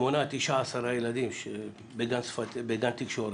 שמונה-תשעה-עשרה ילדים בגן תקשורת,